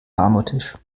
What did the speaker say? marmortisch